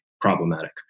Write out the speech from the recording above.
problematic